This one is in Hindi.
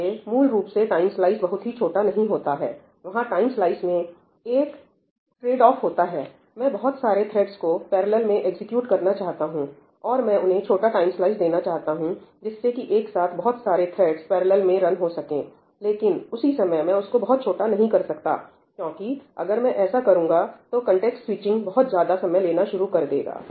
इसलिए मूल रूप से टाइम स्लाइस बहुत ही छोटा नहीं होता है वहां टाइम स्लाइस में एक ट्रेडऑफ होता है मैं बहुत सारे थ्रेडस को पैरेलल में एग्जीक्यूट करना चाहता हूं और मैं उन्हें छोटा टाइम स्लाइस देना चाहता हूं जिससे कि एक साथ बहुत सारे थ्रेड्स पैरलल में रन हो सकेंलेकिन उसी समय मैं उसको बहुत छोटा नहीं कर सकता क्योंकि अगर मैं ऐसा करूंगा तो कन्टेक्स्ट स्विचिंग बहुत ज्यादा समय लेना शुरू कर देगा